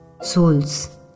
souls